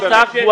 קחי